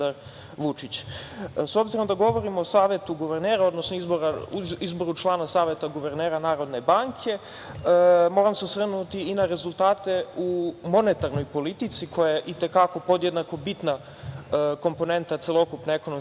guvernera, odnosno izboru člana Saveta guvernera Narodne banke, moram se osvrnuti i na rezultate u monetarnoj politici koja je i te kako podjednako bitna komponenta celokupne ekonomske politike